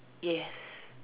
yes